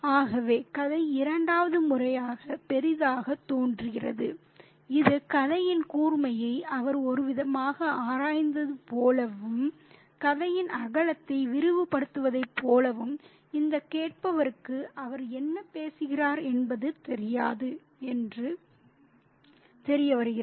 ஆகவே கதை இரண்டாவது முறையாக பெரிதாகத் தோன்றுகிறது இது கதையின் கூர்மையை அவர் ஒருவிதமாக ஆராய்வது போலவும் கதையின் அகலத்தை விரிவுபடுத்துவதைப் போலவும் இந்த கேட்பவருக்கு அவர் என்ன பேசுகிறார் என்பது தெரியாது என்று தெரியவருகிறது